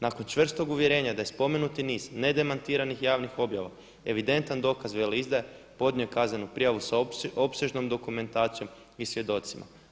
Nakon čvrstog uvjerenja da je spomenuti niz nedemantiranih javnih objava evidentan dokaz veleizdaje podnio je kaznenu prijavu sa opsežnom dokumentacijom i svjedocima.